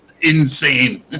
insane